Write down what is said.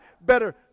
better